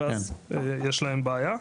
ואז יש להם בעיה.